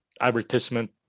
advertisement